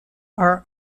are